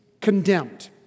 condemned